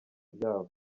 byabo